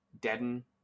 deaden